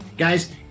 Guys